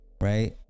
right